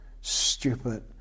stupid